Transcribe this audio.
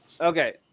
okay